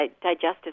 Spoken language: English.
digestive